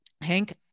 Hank